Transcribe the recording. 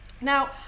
now